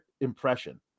impression